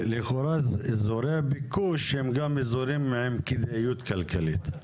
לכאורה אזורי הביקוש הם גם אזורים עם כדאיות כלכלית.